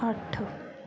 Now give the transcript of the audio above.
ਅੱਠ